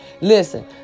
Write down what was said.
Listen